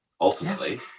ultimately